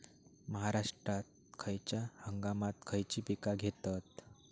महाराष्ट्रात खयच्या हंगामांत खयची पीका घेतत?